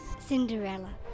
Cinderella